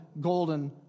golden